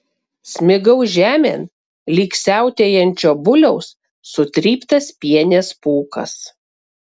smigau žemėn lyg siautėjančio buliaus sutryptas pienės pūkas